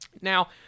Now